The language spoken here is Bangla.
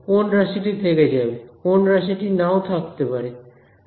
কোন রাশিটি থেকে যাবে কোন রাশিটি নাও থাকতে পারে